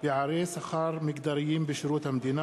1. פערי שכר מגדריים בשירות המדינה,